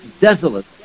desolate